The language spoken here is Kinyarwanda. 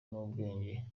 n’ubwenge